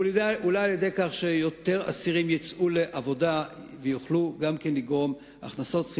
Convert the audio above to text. אולי על-ידי כך שיותר אסירים יצאו לְעבודה ויוכלו גם כן לגרום הכנסות.